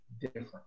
different